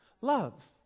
Love